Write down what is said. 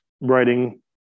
writing